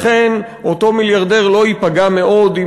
לכן אותו מיליארדר לא ייפגע מאוד אם